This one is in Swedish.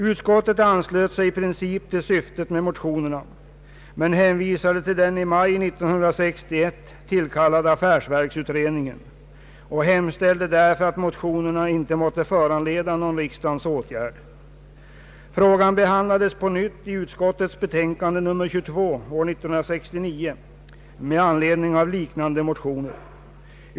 Utskottet anslöt sig i princip till motionernas syfte men hänvisade till den i maj 1961 tillkallade affärsverksutredningen och hemställde därför att motionerna inte måtte föranleda någon riksdagens åtgärd. Frågan behandlades på nytt i utskottets betänkande nr 22 år 1969 med anledning av liknande motioner.